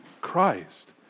Christ